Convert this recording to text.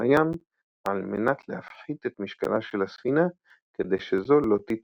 לים על מנת להפחית את משקלה של הספינה כדי שזו לא תטבע.